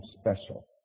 special